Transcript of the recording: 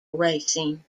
racing